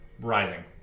Rising